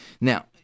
Now